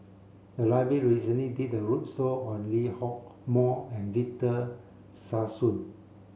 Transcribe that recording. the recently did a roadshow on Lee Hock Moh and Victor Sassoon